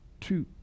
two